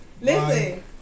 Listen